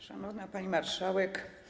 Szanowna Pani Marszałek!